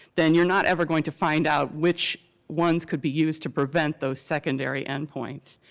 then you're not ever going to find out which ones could be used to prevent those secondary end points.